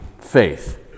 faith